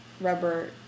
rubber